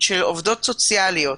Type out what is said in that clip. של עובדות סוציאליות